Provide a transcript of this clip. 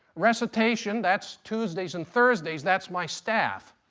recitation, that's tuesdays and thursdays. that's my staff.